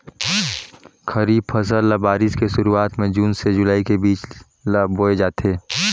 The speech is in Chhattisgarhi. खरीफ फसल ल बारिश के शुरुआत में जून से जुलाई के बीच ल बोए जाथे